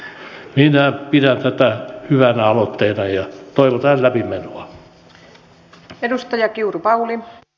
minä pidän tätä hyvänä aloitteena ja toivotaan läpimenoa